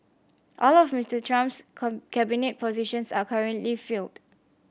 all of Mister Trump's cabinet positions are currently filled